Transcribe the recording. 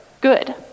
good